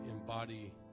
embody